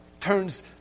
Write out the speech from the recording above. turns